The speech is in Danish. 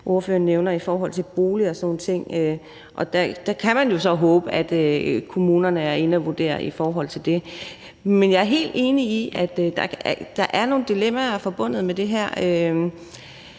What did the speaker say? ordføreren nævner om bolig og sådan nogle ting. Og der kan man jo så håbe, at kommunerne er inde og vurdere i forhold til det. Men jeg er helt enig i, at der er nogle dilemmaer forbundet med det her.